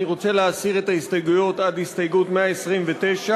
אני רוצה להסיר את ההסתייגויות עד הסתייגות 129,